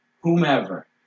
whomever